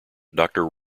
doctor